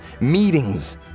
meetings